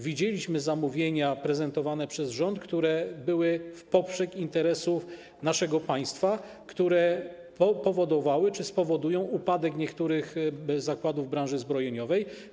Widzieliśmy zamówienia prezentowane przez rząd, które były w poprzek interesu naszego państwa, które powodowały, czy spowodują, upadek niektórych zakładów branży zbrojeniowej.